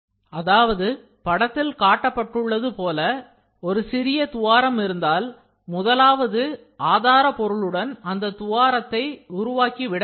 அதாவது படத்தில் காட்டப்பட்டுள்ளது போல ஒரு சிறிய துவாரம் இருந்தால் முதலாவது ஆதாரபொருளுடன் அந்த துவாரத்தை உருவாக்கி விடவேண்டும்